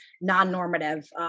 non-normative